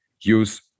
use